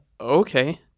okay